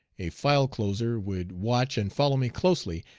a file-closer would watch and follow me closely,